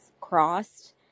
crossed